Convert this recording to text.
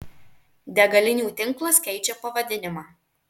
degalinių tinklas keičia pavadinimą